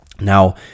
Now